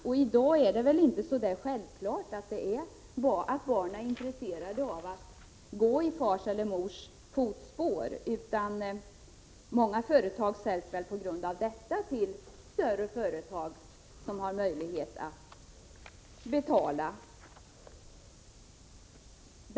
I dag är det inte alldeles självklart att barnen är intresserade av att gå i fars eller mors fotspår, utan många företag säljs av den anledningen till större företag som har möjlighet att betala.